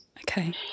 Okay